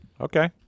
Okay